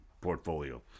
portfolio